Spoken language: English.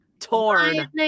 Torn